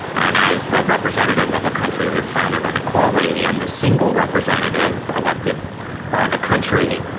and as the representative of a country that's founded on equality and the single representative elected by the country,